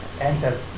enter